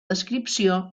descripció